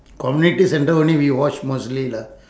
community centre only we watch mostly lah